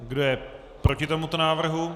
Kdo je proti tomuto návrhu?